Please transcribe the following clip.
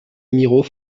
amiraux